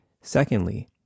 Secondly